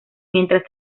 mientras